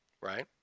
right